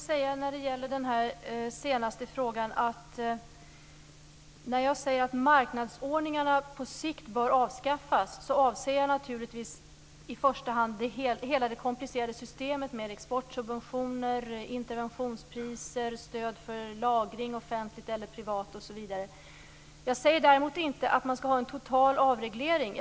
Fru talman! När jag säger att marknadsordningarna på sikt bör avskaffas avser jag naturligtvis i första hand hela det komplicerade systemet med exportsubventioner, interventionspriser, stöd för lagring, offentligt eller privat osv. Jag säger däremot inte att man skall ha en total avreglering.